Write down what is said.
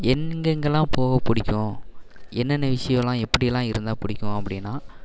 எங்கே எங்கெலாம் போக பிடிக்கும் என்னென்ன விஷயலாம் எப்படி எல்லாம் இருந்தால் பிடிக்கும் அப்படினா